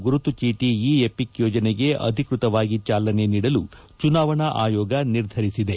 ಗುರುತು ಜೀಟ e EPIC ಯೋಜನೆಗೆ ಅಧಿಕೃತವಾಗಿ ಚಾಲನೆ ನೀಡಲು ಚುನಾವಣಾ ಆಯೋಗ ನಿರ್ಧರಿಸಿದೆ